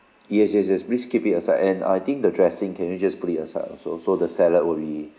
yes yes yes please keep it aside and I think the dressing can you just put it aside also so the salad will be